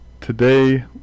today